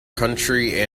country